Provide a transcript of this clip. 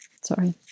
Sorry